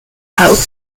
house